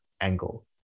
angle